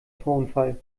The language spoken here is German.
tonfall